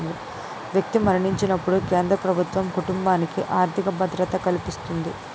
వ్యక్తి మరణించినప్పుడు కేంద్ర ప్రభుత్వం కుటుంబానికి ఆర్థిక భద్రత కల్పిస్తుంది